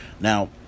Now